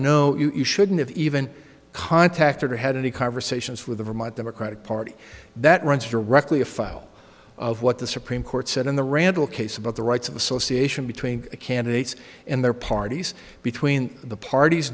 no you shouldn't have even contact or had any conversations with the vermont democratic party that runs directly a file of what the supreme court said in the randall case about the rights of association between candidates and their parties between the parties